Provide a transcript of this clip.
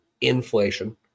inflation